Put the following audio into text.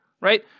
right